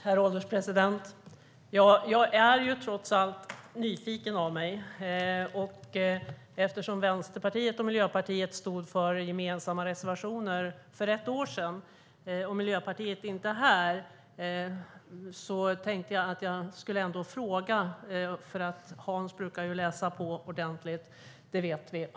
Herr ålderspresident! Jag är trots allt nyfiken av mig. Eftersom Vänsterpartiet och Miljöpartiet hade gemensamma reservationer för ett år sedan - det finns ingen representant från Miljöpartiet här - tänkte jag ställa en fråga. Hans Linde brukar nämligen läsa på ordentligt; det vet vi.